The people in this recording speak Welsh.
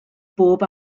bob